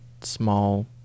small